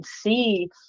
see